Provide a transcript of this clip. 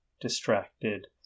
distracted